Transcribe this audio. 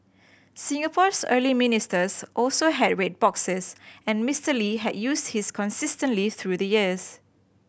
Singapore's early ministers also had red boxes and Mister Lee had used his consistently through the years